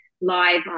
live